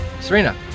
Serena